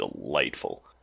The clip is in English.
delightful